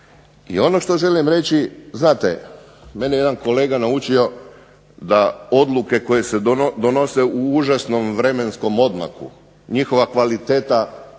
I ono što želim reći, mene je jedan kolega podučio da odluke koje se donose u užasnom vremenskom odmaku, njihova kvaliteta